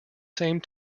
same